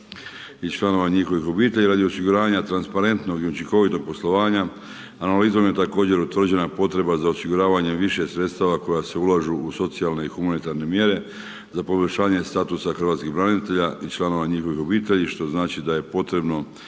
i članova njihovih obitelji radi osiguranja transparentnog i učinkovitog poslovanja. Analizom je također utvrđena potreba za osiguravanjem više sredstava koja se ulažu u socijalne i humanitarne mjere za poboljšanje statusa hrvatskih branitelja i članova njihovih obitelji što znači da je potrebno